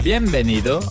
Bienvenido